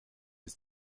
its